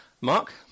Mark